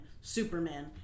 Superman